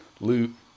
loot